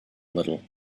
little